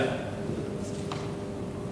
ההצעה שלא